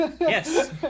Yes